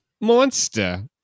monster